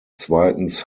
zweitens